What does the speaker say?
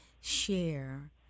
share